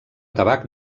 tabac